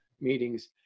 meetings